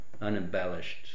Unembellished